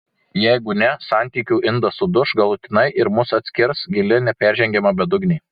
jeigu ne santykių indas suduš galutinai ir mus atskirs gili neperžengiama bedugnė